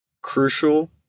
Crucial